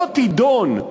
לא תידון,